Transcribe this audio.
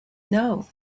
know